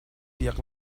piak